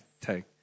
take